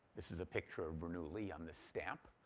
this is a picture of bernoulli on the stamp.